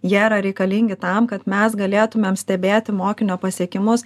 jie yra reikalingi tam kad mes galėtumėm stebėti mokinio pasiekimus